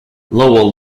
lowell